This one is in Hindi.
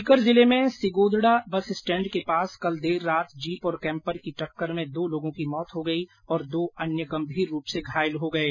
सीकर जिले में सिगोदडा बस स्टेण्ड के पास कल देर रात जीप और कैम्पर की टक्कर में दो लोगों की मौत हो गई और दो अन्य गंभीर रूप से घायल हो गये